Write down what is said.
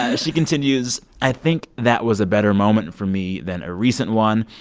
ah she continues, i think that was a better moment for me than a recent one.